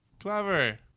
clever